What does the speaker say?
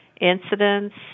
incidents